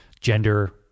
gender